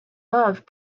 love